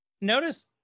Notice